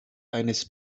eines